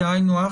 זה היינו הך.